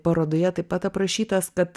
parodoje taip pat aprašytas kad